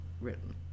written